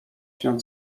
się